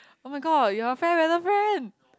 oh my god you are fair weather friend